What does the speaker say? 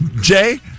Jay